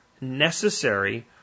necessary